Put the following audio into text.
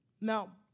Now